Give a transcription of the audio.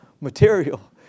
material